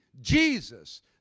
Jesus